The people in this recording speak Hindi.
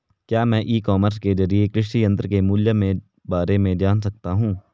क्या मैं ई कॉमर्स के ज़रिए कृषि यंत्र के मूल्य में बारे में जान सकता हूँ?